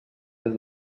des